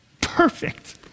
Perfect